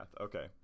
okay